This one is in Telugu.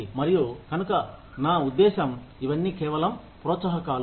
మరియు కనుక నా ఉద్దేశం ఇవన్నీ కేవలం ప్రోత్సాహకాలు